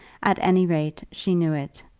at any rate, she knew it,